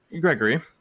Gregory